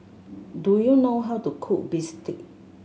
do you know how to cook bistake